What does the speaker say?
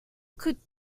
could